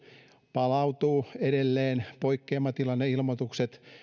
palautuvat edelleen poikkeamatilanneilmoitukset